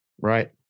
Right